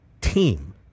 team